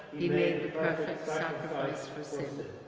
he made the perfect sacrifice for sin.